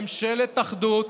ממשלת אחדות,